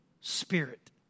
spirit